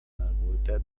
malmulte